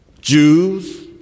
Jews